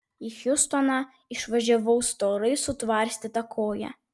į hjustoną išvažiavau storai sutvarstyta koja